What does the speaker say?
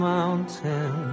Mountain